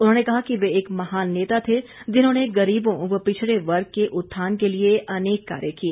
उन्होंने कहा कि वे एक महान नेता थे जिन्होंने गरीबों व पिछड़े वर्ग के उत्थान के लिए अनेक कार्य किए